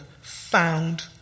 found